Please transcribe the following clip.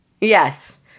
Yes